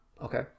Okay